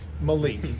Malik